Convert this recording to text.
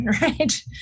right